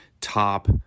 top